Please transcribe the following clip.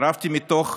הצטרפתי מתוך